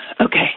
Okay